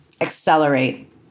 accelerate